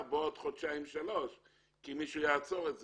בעוד חודשיים שלושה כי מישהו יעצור את זה.